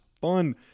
fun